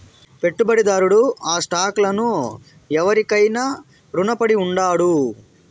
పెట్టుబడిదారుడు ఆ స్టాక్ లను ఎవురికైనా రునపడి ఉండాడు